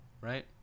right